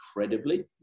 incredibly